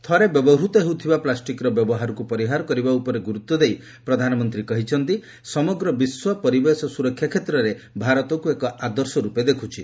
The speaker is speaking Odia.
ଥରେ ବ୍ୟବହୃତ ହେଉଥିବା ପ୍ଲାଷ୍ଟିକ୍ର ବ୍ୟବହାରକୁ ପରିହାର କରିବା ଉପରେ ଗୁରୁତ୍ୱ ଦେଇ ପ୍ରଧାନମନ୍ତ୍ରୀ କହିଛନ୍ତି ଯେ ସମଗ୍ର ବିଶ୍ୱ ପରିବେଶ ସୁରକ୍ଷା କ୍ଷେତ୍ରରେ ଭାରତକୁ ଏକ ଆଦର୍ଶ ରୂପେ ଦେଖୁଛି